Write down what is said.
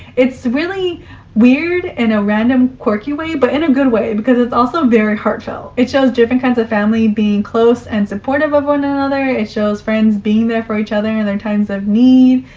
it's really weird in a random quirky way, but in a good way, because it's also very heartfelt. it shows different kinds of family being close and supportive of one another. it shows friends being there for each other in their times of need.